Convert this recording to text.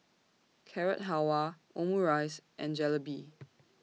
Carrot Halwa Omurice and Jalebi